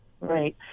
Right